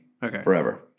forever